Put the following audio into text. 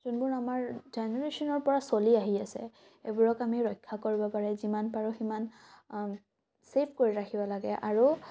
যোনবোৰ আমাৰ জেনেৰেশ্যনৰ পৰা চলি আহি আছে এইবোৰক আমি ৰক্ষা কৰিবৰ কাৰণে যিমান পাৰোঁ সিমান চেফ কৰি ৰাখিব লাগে আৰু